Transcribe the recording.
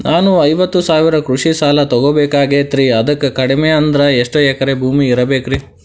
ನಾನು ಐವತ್ತು ಸಾವಿರ ಕೃಷಿ ಸಾಲಾ ತೊಗೋಬೇಕಾಗೈತ್ರಿ ಅದಕ್ ಕಡಿಮಿ ಅಂದ್ರ ಎಷ್ಟ ಎಕರೆ ಭೂಮಿ ಇರಬೇಕ್ರಿ?